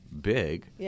big